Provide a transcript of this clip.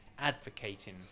advocating